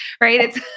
right